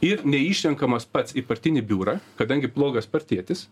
ir neišrenkamas pats į partinį biurą kadangi blogas partietis